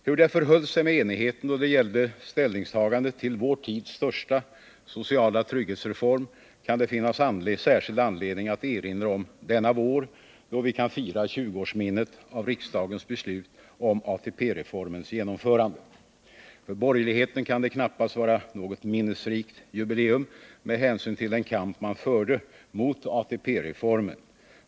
Hur det förhöll sig med enigheten då det gällde ställningstagandet till vår tids största sociala trygghetsreform kan det finnas särskild anledning att erinra om denna vår, då vi kan fira 20-årsminnet av riksdagens beslut om ATP-reformens genomförande. För borgerligheten kan det knappast vara något minnesrikt jubileum med hänsyn till den kamp man förde mot ATP-reformen.